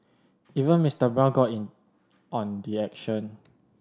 even Mister Brown got in on the action